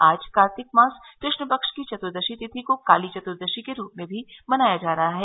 आज कार्तिक मास कृष्ण पक्ष की चतुर्दशी तिथि को काली चतुर्दशी के रूप में भी मनाया जा रहा है